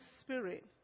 Spirit